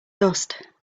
dust